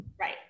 Right